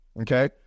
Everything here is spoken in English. Okay